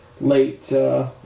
late